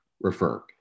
refer